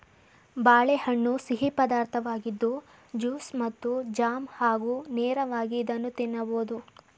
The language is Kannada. ಬಾಳೆಹಣ್ಣು ಸಿಹಿ ಪದಾರ್ಥವಾಗಿದ್ದು ಜ್ಯೂಸ್ ಮತ್ತು ಜಾಮ್ ಹಾಗೂ ನೇರವಾಗಿ ಇದನ್ನು ತಿನ್ನಬೋದು